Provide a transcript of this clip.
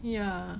ya